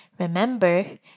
Remember